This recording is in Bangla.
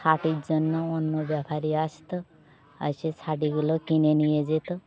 ছাটির জন্য অন্য ব্যাপারী আসত এসে ছাটিগুলো কিনে নিয়ে যেত